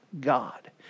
God